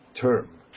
term